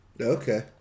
Okay